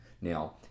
Now